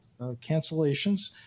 cancellations